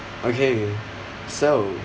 okay so